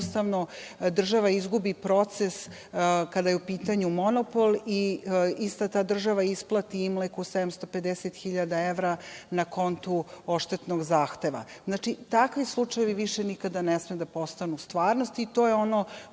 jednostavno država izgubi proces kada je u pitanju monopol i ista ta država isplati „Imleku“ 750 hiljada evra na konto odštetnog zahteva. Znači, takvi slučajevi više nikada ne sme da postanu stvarnost i to je ono